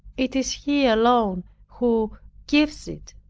it is he alone who gives it.